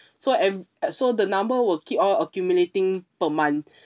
so and at so the number will keep on accumulating per month